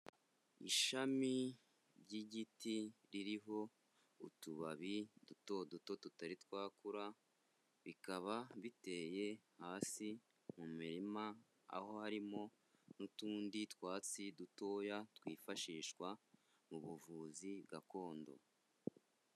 Ishami ry'igiti ririho utubabi duto duto tutari twakura, bikaba biteye hasi mu mirima aho harimo n'utundi twatsi dutoya, twifashishwa mu buvuzi gakondo.